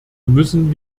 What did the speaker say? müssen